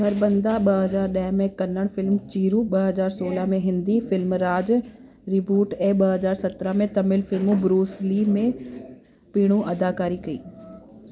खरबंदा ॿ हज़ार ॾह में कन्नड़ फिल्म चिरू ॿ हज़ार सोलह में हिंदी फिल्म राज रिबूट ऐं ॿ हज़ार सत्रहं में तमिल फिल्म ब्रूस ली में पिणु अदाकारी कई